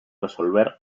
resolver